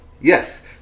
Yes